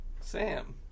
Sam